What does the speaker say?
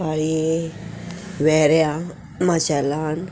पाळये वेऱ्यां माशेलान